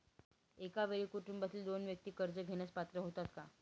एका वेळी कुटुंबातील दोन व्यक्ती कर्ज घेण्यास पात्र होतात का?